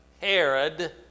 Herod